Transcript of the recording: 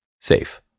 safe